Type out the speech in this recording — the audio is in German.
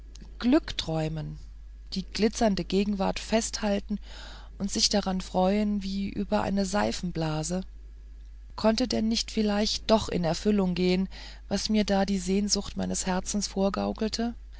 glück träumen die glitzernde gegenwart festhalten und sich daran freuen wie über eine seifenblase konnte denn nicht vielleicht doch in erfüllung gehen was mir da die sehnsucht meines herzens